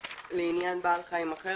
(2)לעניין בעל חיים אחר,